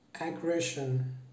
aggression